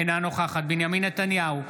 אינה נוכחת בנימין נתניהו,